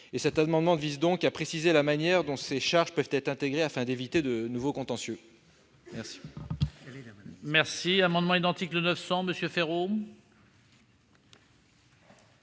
Cet amendement vise donc à préciser la manière dont ces charges peuvent être intégrées, afin d'éviter de nouveaux contentieux. La